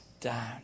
down